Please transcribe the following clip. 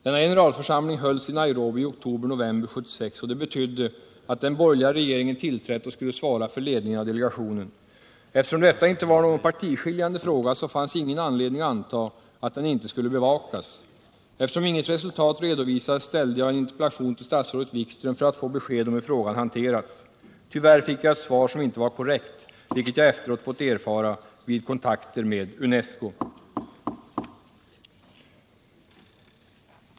Denna generalförsamling hölls i Nairobi i oktober-november 1976, och det betydde att den borgerliga regeringen tillträtt och skulle svara för ledningen av delegationen. Eftersom detta inte var någon partiskiljande fråga fanns ingen anledning att anta att den inte skulle bevakas. Då emellertid inget resultat redovisades framställde jag en interpellation till statsrådet Wikström för att få besked om hur frågan hanterats. Tyvärr fick jag ett svar som inte var korrekt, vilket jag efteråt fått erfara vid kontakter med UNESCO.